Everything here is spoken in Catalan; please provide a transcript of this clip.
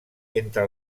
entre